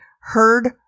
heard